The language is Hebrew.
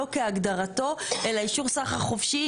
לא כהגדרתו, אלא אישור סחר חופשי